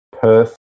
Perth